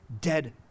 dead